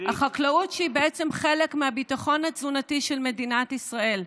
החקלאות שהיא בעצם חלק מהביטחון התזונתי של מדינת ישראל,